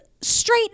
straight